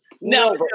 no